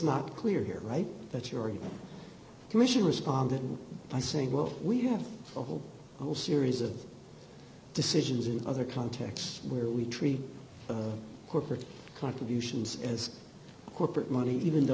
not clear here right that your commission responded by saying well we have a whole whole series of decisions in other contexts where we treat corporate contributions as corporate money even though